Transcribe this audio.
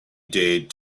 dared